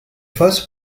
first